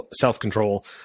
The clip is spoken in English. self-control